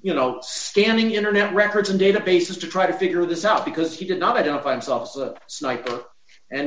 you know standing internet records and databases to try to figure this out because he did not identify themselves as a sniper and